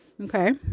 Okay